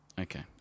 Okay